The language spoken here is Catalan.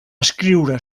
escriure